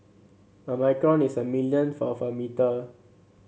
a micron is a millionth of a metre